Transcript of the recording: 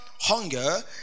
hunger